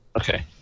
okay